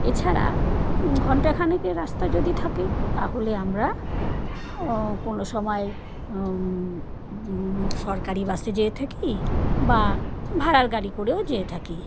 এছাড়া ঘণ্টাখানেকের রাস্তা যদি থাকে তাহলে আমরা কোনো সময় সরকারি বাসে যেয়ে থাকি বা ভাড়ার গাড়ি করেও যেয়ে থাকি